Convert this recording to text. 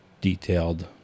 detailed